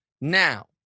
Now